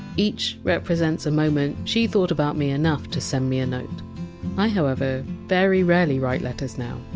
each represents a moment she thought about me enough to send me a note i, however, very rarely write letters now.